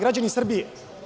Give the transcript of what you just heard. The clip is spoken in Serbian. Građani Srbije.